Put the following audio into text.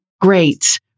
great